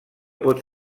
pot